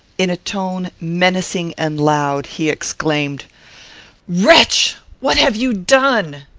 in a tone menacing and loud, he exclaimed wretch! what have you done?